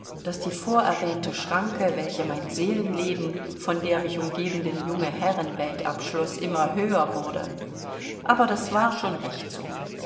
daß die vorerwähnte schranke welche mein seelenleben von der mich umgebenden junge herrenwelt abschloß immer höher wurde aber das war schon recht so